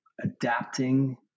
adapting